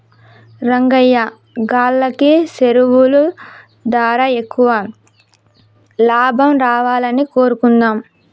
రంగయ్యా గాల్లకి సెరువులు దారా ఎక్కువ లాభం రావాలని కోరుకుందాం